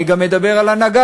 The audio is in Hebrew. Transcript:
אני מדבר גם על הנגד